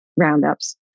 Roundups